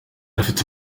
afite